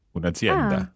Un'azienda